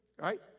right